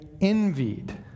envied